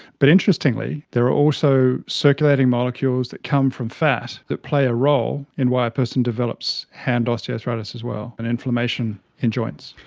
but interestingly there are also circulating molecules that come from fat that play a role in why a person develops hand osteoarthritis as well and inflammation in joints.